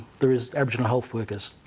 there is aboriginal health workers,